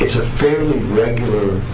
it's a fairly regular